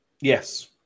Yes